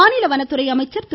மாநில வனத்துறை அமைச்சர் திரு